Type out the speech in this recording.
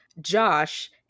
Josh